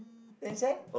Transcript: ten cent